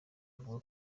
avuga